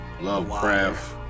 Lovecraft